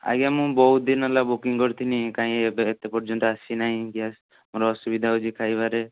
ଆଜ୍ଞା ମୁଁ ବହୁତ ଦିନ ହେଲା ବୁକିଂ କରିଥିଲି କାହିଁ ଏବେ ଏତେ ପର୍ଯ୍ୟନ୍ତ ଆସିନାହିଁ ଗ୍ୟାସ୍ ମୋର ଅସୁବିଧା ହେଉଛି ଖାଇବାରେ